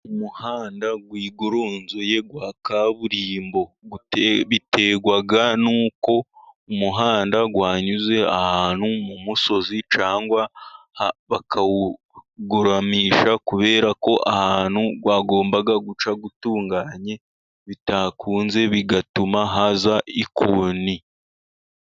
Umuhanda wigoronzoye wa kaburimbo. Biterwa nuko umuhanda wanyuze ahantu mu musozi cyangwa bakawugoramisha kubera ko ahantu wagombaga guca bitakunze bigatuma haza ikoni.